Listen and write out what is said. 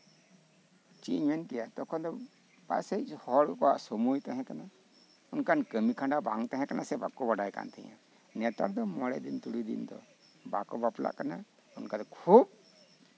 ᱪᱮᱫ ᱤᱧ ᱢᱮᱱ ᱠᱮᱭᱟ ᱯᱟᱥᱮᱡ ᱪᱚ ᱦᱚᱲ ᱠᱚᱣᱟᱜ ᱥᱚᱢᱚᱭ ᱛᱟᱸᱦᱮ ᱠᱟᱱᱟ ᱦᱚᱲ ᱠᱚᱣᱟᱜ ᱠᱟᱹᱢᱤ ᱠᱷᱟᱰᱟ ᱵᱟᱝ ᱛᱟᱸᱦᱮ ᱠᱟᱱᱟ ᱥᱮ ᱵᱟᱠᱚ ᱵᱟᱲᱟᱭ ᱠᱟᱱ ᱛᱟᱸᱦᱮᱜᱼᱟ ᱱᱮᱛᱟᱨ ᱫᱚ ᱢᱚᱲᱮ ᱫᱤᱱ ᱛᱩᱨᱩᱭ ᱫᱤᱱ ᱫᱚ ᱵᱟᱠᱚ ᱵᱟᱯᱞᱟᱜ ᱠᱟᱱᱟ ᱚᱱᱠᱟ ᱫᱚ ᱠᱷᱩᱵ